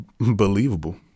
Believable